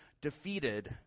defeated